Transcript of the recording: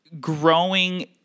growing